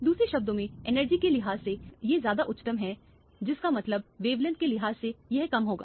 दूसरे शब्दों में एनर्जी के लिहाज से यह ज्यादा उच्चतम है जिसका मतलब वेवलेंथ के लिहाज से यह कम होगा